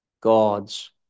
God's